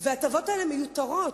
וההטבות האלה מיותרות.